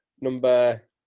number